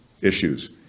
issues